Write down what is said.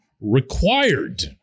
required